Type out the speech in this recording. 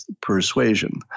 persuasion